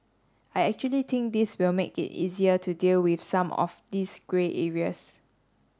I actually think this will make it easier to deal with some of these grey areas